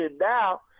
now